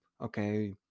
okay